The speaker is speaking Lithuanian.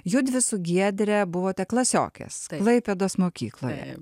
judvi su giedre buvote klasiokės klaipėdos mokykloje